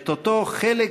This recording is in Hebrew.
את אותו חלק